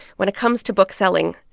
when it comes to book selling,